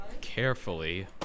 carefully